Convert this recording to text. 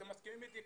אתם מסכימים איתי?